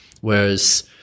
Whereas